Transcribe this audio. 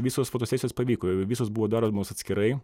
visos fotosesijos pavyko visos buvo daromos atskirai